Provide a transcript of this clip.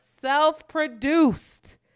self-produced